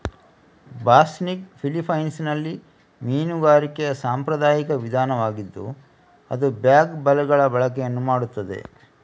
ಬಾಸ್ನಿಗ್ ಫಿಲಿಪೈನ್ಸಿನಲ್ಲಿ ಮೀನುಗಾರಿಕೆಯ ಸಾಂಪ್ರದಾಯಿಕ ವಿಧಾನವಾಗಿದ್ದು ಅದು ಬ್ಯಾಗ್ ಬಲೆಗಳ ಬಳಕೆಯನ್ನು ಮಾಡುತ್ತದೆ